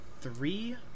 three